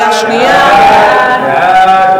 סעיפים 2